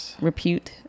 repute